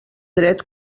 dret